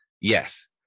Yes